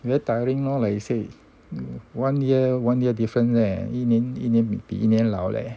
very tiring loh like you say one year one year different leh 一年一年比一年老 leh